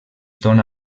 dóna